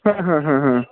হ্যাঁ হ্যাঁ হ্যাঁ হ্যাঁ